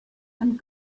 and